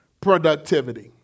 productivity